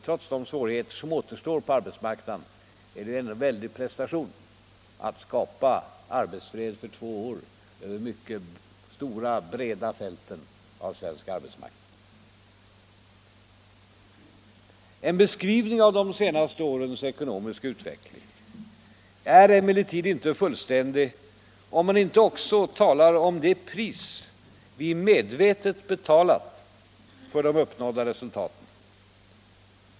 Trots de svårigheter som återstår på arbetsmarknaden är det ändå en väldig prestation att skapa arbetsfred för två år över de mycket breda fälten av svensk arbetsmarknad. En beskrivning av de senaste årens ekonomiska utveckling är emel lertid inte fullständig om man inte också talar om det pris vi medvetet betalat för de uppnådda resultaten.